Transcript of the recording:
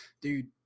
Dude